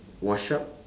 wash up